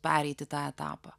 pereiti tą etapą